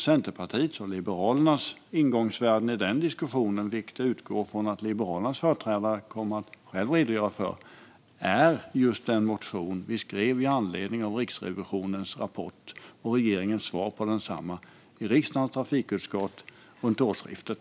Centerpartiets och Liberalernas ingångsvärden i den diskussionen, vilket jag utgår från att Liberalernas företrädare själv kommer att redogöra för, är just den motion vi skrev med anledning av Riksrevisionens rapport och regeringens svar på densamma i riksdagens trafikutskott runt årsskiftet.